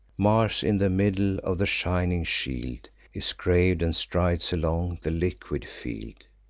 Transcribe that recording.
mars in the middle of the shining shield is grav'd, and strides along the liquid field.